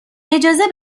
اجازه